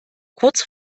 kurz